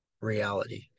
reality